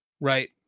Right